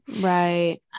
right